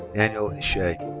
daniel ishay.